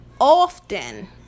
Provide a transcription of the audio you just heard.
often